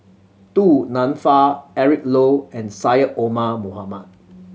Du Nanfa Eric Low and Syed Omar Mohamed